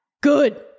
Good